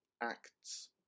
acts